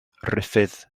ruffydd